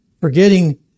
forgetting